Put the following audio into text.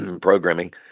programming